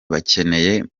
bakeneye